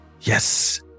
yes